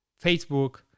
Facebook